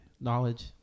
knowledge